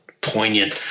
poignant